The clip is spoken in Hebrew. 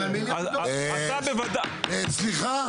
סליחה,